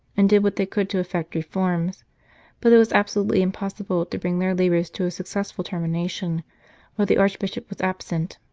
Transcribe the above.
and did what they could to effect reforms but it was absolutely impossible to bring their labours to a successful termination while the archbishop was absent.